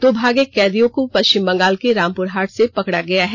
दो भागे कैदियों को पश्चिम बंगाल के रामपुरहाट से पकड़ा गया है